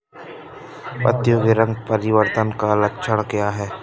पत्तियों के रंग परिवर्तन का लक्षण क्या है?